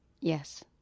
Yes